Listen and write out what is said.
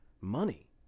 money